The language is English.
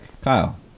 Kyle